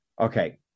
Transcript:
okay